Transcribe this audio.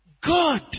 God